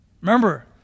Remember